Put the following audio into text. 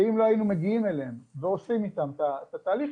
שאם לא היינו מגיעים אליהם ועושים איתם את התהליך,